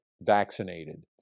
vaccinated